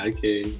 Okay